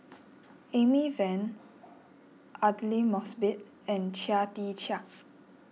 Amy Van Aidli Mosbit and Chia Tee Chiak